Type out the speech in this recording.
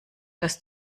dass